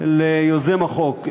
ליוזם החוק,